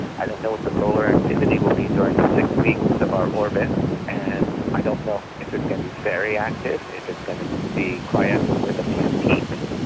i don't know what the solar activity will be during the six weeks of our orbit and i don't know if it's going to be very active, if it's going to be quiescent with a few peaks.